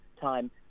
time